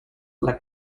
like